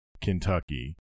Kentucky